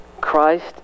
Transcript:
Christ